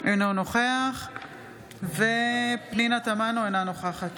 אינו נוכח פנינה תמנו, אינה נוכחת